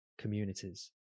communities